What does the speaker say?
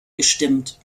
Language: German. gestimmt